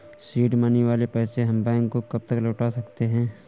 Seed money वाले पैसे हम बैंक को कब तक लौटा सकते हैं?